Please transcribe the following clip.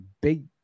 big